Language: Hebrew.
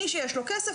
מי שיש לו כסף,